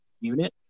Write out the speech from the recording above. unit